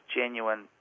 genuine